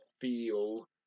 feel